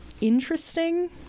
interesting